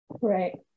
Right